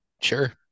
Sure